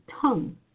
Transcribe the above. tongue